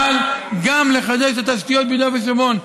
גם לחדש את התשתיות ביהודה ושומרון,